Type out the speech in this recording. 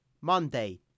Monday